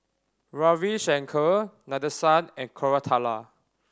Ravi Shankar Nadesan and Koratala